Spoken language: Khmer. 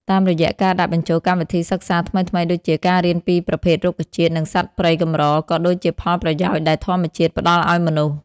តាមរយៈការដាក់បញ្ចូលកម្មវិធីសិក្សាថ្មីៗដូចជា ការរៀនពីប្រភេទរុក្ខជាតិ និងសត្វព្រៃកម្រ ក៏ដូចជាផលប្រយោជន៍ដែលធម្មជាតិផ្ដល់ឱ្យមនុស្ស។